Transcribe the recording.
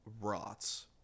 rots